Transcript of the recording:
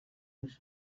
yaje